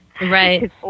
Right